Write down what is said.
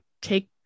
take